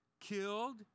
killed